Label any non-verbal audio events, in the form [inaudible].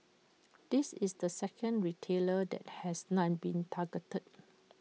[noise] this is the second retailer that has non been targeted